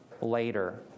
later